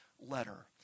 letter